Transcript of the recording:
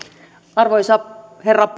arvoisa herra